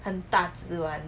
很大只 [one]